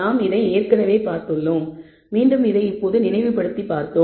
நாம் இதை ஏற்கனவே பார்த்துள்ளோம் மீண்டும் இதை இப்போது நினைவு படுத்தி பார்த்தோம்